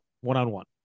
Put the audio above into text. one-on-one